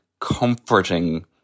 comforting